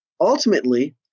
Ultimately